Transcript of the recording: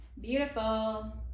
beautiful